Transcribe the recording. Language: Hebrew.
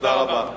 תודה רבה.